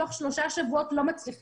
לא מצליחים בשלושה שבועות להתארגן?